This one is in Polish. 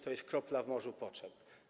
To jest kropla w morzu potrzeb.